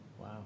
Wow